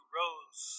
rose